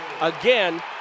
Again